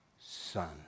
Son